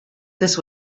this